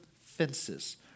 fences